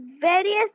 various